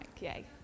yay